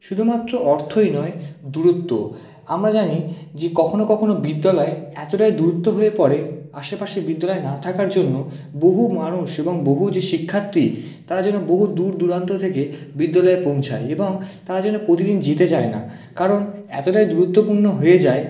শুধুমাত্র অর্থই নয় দূরত্ব আমরা জানি যে কখনো কখনো বিদ্যালয় এতোটাই দূরত্ব হয়ে পড়ে আশেপাশে বিদ্যালয় না থাকার জন্য বহু মানুষ এবং বহু যে শিক্ষার্থী তারা যেন বহু দূর দূরান্ত থেকে বিদ্যালয়ে পৌঁছায় এবং তারা যেন প্রতিদিন যেতে চায় না কারণ এতোটাই দূরত্বপূর্ণ হয়ে যায়